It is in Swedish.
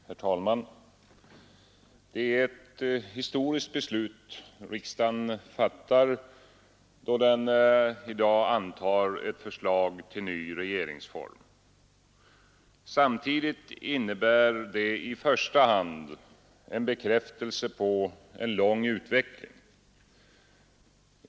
Herr talman! Det är ett historiskt beslut riksdagen fattar då den i dag antar ett förslag till ny regeringsform. Samtidigt innebär det i första hand en bekräftelse på en lång utveckling.